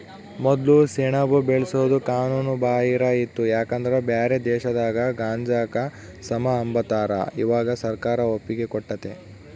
ಮೊದ್ಲು ಸೆಣಬು ಬೆಳ್ಸೋದು ಕಾನೂನು ಬಾಹಿರ ಇತ್ತು ಯಾಕಂದ್ರ ಬ್ಯಾರೆ ದೇಶದಾಗ ಗಾಂಜಾಕ ಸಮ ಅಂಬತಾರ, ಇವಾಗ ಸರ್ಕಾರ ಒಪ್ಪಿಗೆ ಕೊಟ್ಟತೆ